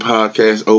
Podcast